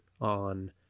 on